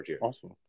awesome